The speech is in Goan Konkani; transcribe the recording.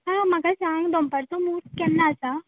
आं म्हाका सांग दोनपारचो म्हूर्त केन्ना आसा